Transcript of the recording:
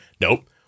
Nope